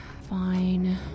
Fine